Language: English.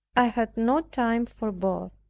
i had not time for both.